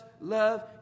love